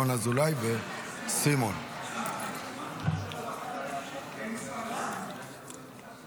נעבור לנושא הבא על סדר-היום,